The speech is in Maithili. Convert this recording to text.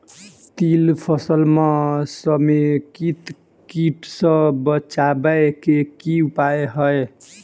तिल फसल म समेकित कीट सँ बचाबै केँ की उपाय हय?